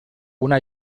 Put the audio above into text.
una